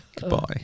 goodbye